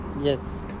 Yes